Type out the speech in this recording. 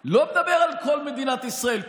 לא מדבר על כל מדינת ישראל,